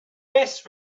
best